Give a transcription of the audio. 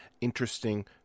interesting